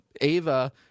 ava